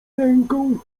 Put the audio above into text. ręką